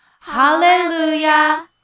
Hallelujah